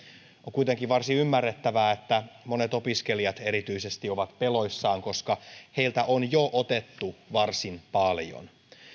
kuitenkin varsin ymmärrettävää että erityisesti monet opiskelijat ovat peloissaan koska heiltä on jo otettu varsin paljon